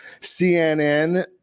CNN